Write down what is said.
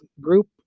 group